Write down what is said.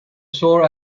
sore